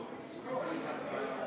עד שלוש דקות,